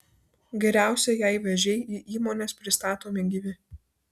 geriausia jei vėžiai į įmones pristatomi gyvi